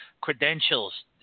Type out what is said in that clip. credentials